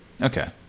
Okay